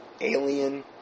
alien